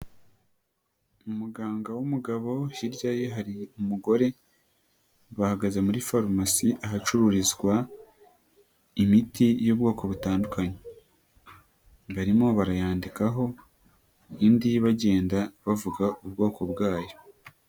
Umuganga w'umugabo, hirya ye hari umugore, bahagaze muri farumasi, ahacururizwa imiti y'ubwoko butandukanye. Barimo barayandikaho, indi bagenda bavuga ubwoko bwayo.